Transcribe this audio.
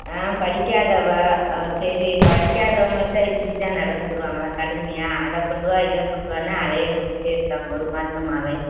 நான் படிக்காதவ அவர் சரி படிக்காதவங்கள்கிட்ட இப்படி தான் நடந்துக்குருவாங்களா கடுமையாக அதைக் கொண்டு வா இதைக் கொண்டு வான்னு அலையவச்சிக்கிட்டே இருக்காங்க ஒரு மாசமாகவே